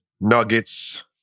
nuggets